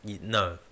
no